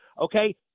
okay